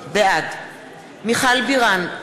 בעד מיכל בירן,